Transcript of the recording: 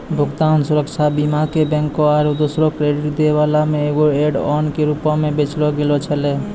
भुगतान सुरक्षा बीमा के बैंको आरु दोसरो क्रेडिट दै बाला मे एगो ऐड ऑन के रूपो मे बेचलो गैलो छलै